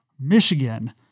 Michigan